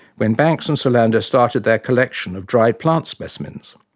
when banks and solander started their collection of dried plant specimens.